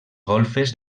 golfes